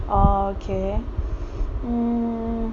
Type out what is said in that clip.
oh okay mm